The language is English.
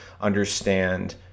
understand